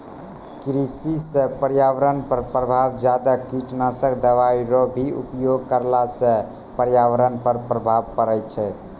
कृषि से पर्यावरण पर प्रभाव ज्यादा कीटनाशक दवाई रो भी उपयोग करला से पर्यावरण पर प्रभाव पड़ै छै